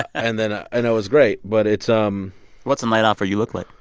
and then ah and it was great. but it's. um what's a night off for you look like?